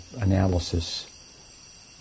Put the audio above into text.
analysis